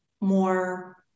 more